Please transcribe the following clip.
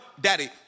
Daddy